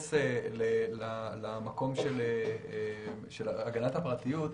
אכנס למקום של הגנת הפרטיות,